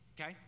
Okay